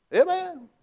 Amen